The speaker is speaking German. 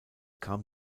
kam